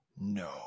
No